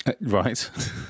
right